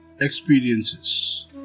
experiences